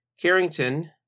Carrington